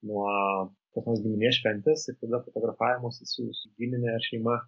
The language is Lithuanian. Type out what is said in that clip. nuo kokios giminės šventės ir tada fotografavimo susijusio su gimine šeima